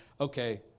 okay